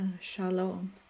Shalom